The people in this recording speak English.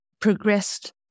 progressed